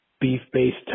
beef-based